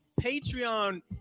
Patreon